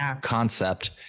concept